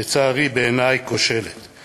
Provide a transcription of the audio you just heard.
לצערי, כושלת בעיני.